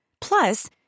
Plus